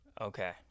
okay